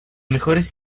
mejores